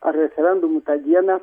ar referendumų tą dieną